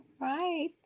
Right